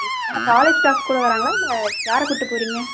okay நம்ம college staff கூட வர்றாங்களா இல்லை யாரை கூட்டு போகிறீங்க